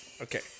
okay